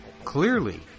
Clearly